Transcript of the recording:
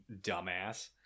dumbass